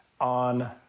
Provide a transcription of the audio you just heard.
on